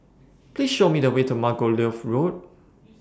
Please Show Me The Way to Margoliouth Road